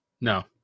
No